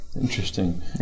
Interesting